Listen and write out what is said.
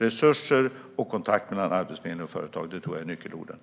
Resurser och kontakt mellan Arbetsförmedlingen och företagen - det tror jag är nyckelorden.